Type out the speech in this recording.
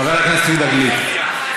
חבר הכנסת יהודה גליק.